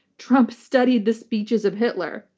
trump studied the speeches of hitler,